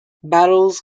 battles